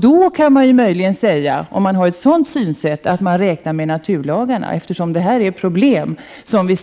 Då kan man möjligen säga, om man har ett sådant synsätt, att man räknar med naturlagarna, eftersom detta är ett problem som